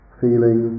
feeling